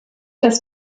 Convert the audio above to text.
dass